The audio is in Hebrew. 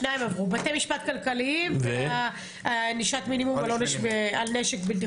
שניים עברו: בתי משפט כלכליים וענישת מינימום על נשק בלתי חוקי.